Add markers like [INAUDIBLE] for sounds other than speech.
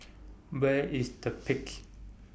Where IS The [NOISE] Peak